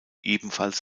ebenfalls